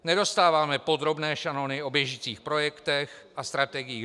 Nedostáváme podrobné šanony o běžících projektech a strategiích.